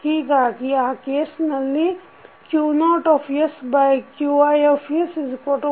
ಹೀಗಾಗಿ ಆ ಕೇಸ್ನಲ್ಲಿ Q0sQi11sRC